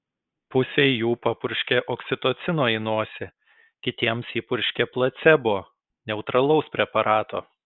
pusei jų papurškė oksitocino į nosį kitiems įpurškė placebo neutralaus preparato